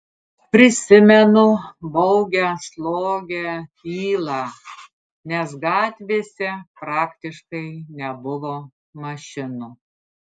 prisimenu baugią slogią tylą nes gatvėse praktiškai nebuvo mašinų